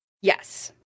Yes